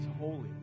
holy